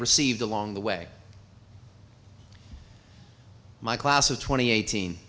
received along the way my class of twenty eighteen